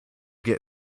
get